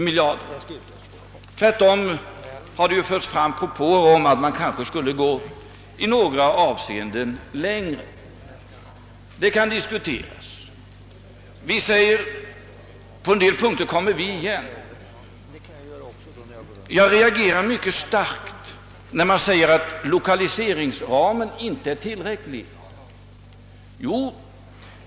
Det har tvärtom förts fram propåer att man i några avseenden möjligen skulle gå ännu längre. Detta kan diskuteras, Jag lovar att återkomma på en del punkter. Jag reagerar mycket starkt när det sägs att lokaliseringsramen inte är tillräcklig.